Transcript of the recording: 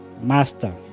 Master